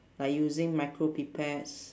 like using micro pipettes